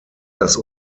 das